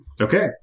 Okay